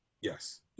Yes